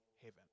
heaven